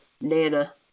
nana